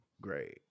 great